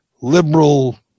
liberal